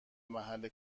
محل